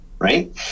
Right